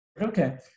okay